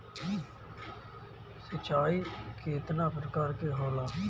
सिंचाई केतना प्रकार के होला?